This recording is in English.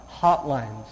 hotlines